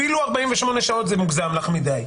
אפילו 48 שעות זה מוגזם לך מידי.